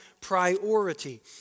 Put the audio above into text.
priority